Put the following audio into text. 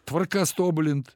tvarkas tobulint